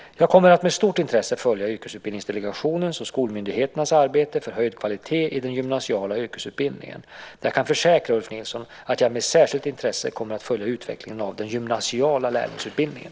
Jag kommer att med stort intresse följa Yrkesutbildningsdelegationens och skolmyndigheternas arbete för höjd kvalitet i den gymnasiala yrkesutbildningen. Jag kan försäkra Ulf Nilsson att jag med särskilt intresse kommer att följa utvecklingen av den gymnasiala lärlingsutbildningen.